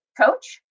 coach